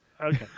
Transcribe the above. Okay